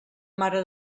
mare